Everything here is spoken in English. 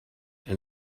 and